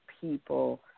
people